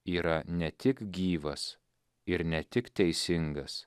yra ne tik gyvas ir ne tik teisingas